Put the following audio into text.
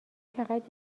فقط